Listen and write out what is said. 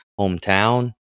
hometown